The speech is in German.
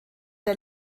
der